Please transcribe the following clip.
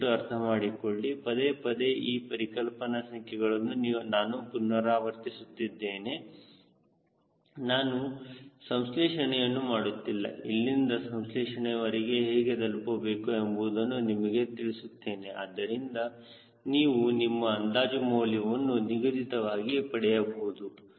ದಯವಿಟ್ಟು ಅರ್ಥಮಾಡಿಕೊಳ್ಳಿ ಪದೇಪದೇ ಈ ಪರಿಕಲ್ಪನಾ ಸಂಖ್ಯೆಗಳನ್ನು ನಾನು ಪುನರಾವರ್ತಿಸುತ್ತಿದೆನೆ ನಾವು ಸಂಶ್ಲೇಷಣೆಯನ್ನು ಮಾಡುತ್ತಿಲ್ಲ ಇಲ್ಲಿಂದ ಸಂಶ್ಲೇಷಣೆವರಿಗೆ ಹೇಗೆ ತಲುಪಬೇಕು ಎಂಬುವುದನ್ನು ನಿಮಗೆ ತಿಳಿಸುತ್ತೇನೆ ಅದರಿಂದ ನೀವು ನಿಮ್ಮ ಅಂದಾಜು ಮೌಲ್ಯವನ್ನು ನಿಗದಿತವಾಗಿ ಪಡೆಯಬಹುದು